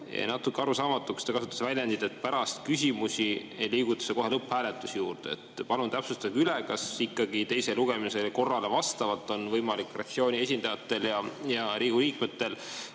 jäi natuke arusaamatuks. Te kasutasite väljendit, et pärast küsimusi meil liigutakse kohe lõpphääletuse juurde. Palun täpsustage üle, kas ikkagi teise lugemise korrale vastavalt on võimalik fraktsioonide esindajatel ja Riigikogu liikmetel